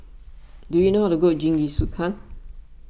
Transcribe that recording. do you know how to cook Jingisukan